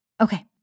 Okay